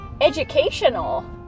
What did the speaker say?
educational